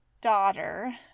daughter